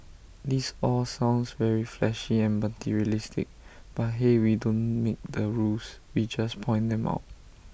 this all sounds very flashy and materialistic but hey we don't make the rules we just point them out